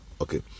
okay